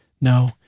No